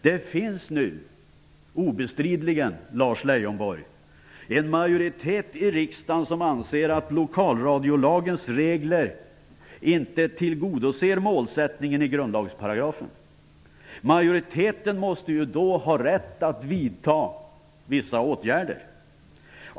Det finns nu obestridligen, Lars Leijonborg, en majoritet i riksdagen som anser att lokalradiolagens regler inte tillgodoser målsättningen i grundlagsparagrafen. Majoriteten måste då ha rätt att vidta vissa åtgärder.